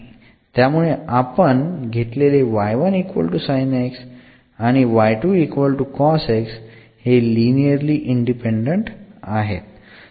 त्यामुळे आपण घेतलेले हे लिनिअरली इंडिपेंडंट आहेत